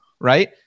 right